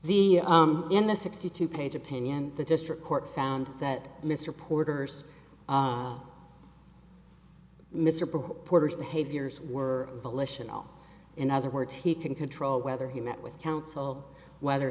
the in the sixty two page opinion the district court found that mr porter's mr prohack porter's behaviors were volitional in other words he can control whether he met with counsel whether